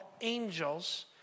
angels